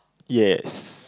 yes